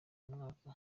umwaka